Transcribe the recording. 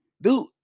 Dude